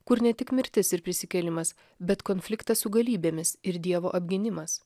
kur ne tik mirtis ir prisikėlimas bet konfliktas su galybėmis ir dievo apgynimas